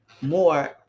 more